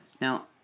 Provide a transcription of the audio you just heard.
Now